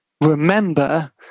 remember